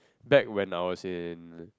back when I was in